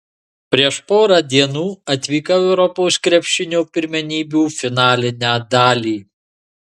prieš porą dienų atvykau į europos krepšinio pirmenybių finalinę dalį